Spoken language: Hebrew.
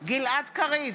גלעד קריב,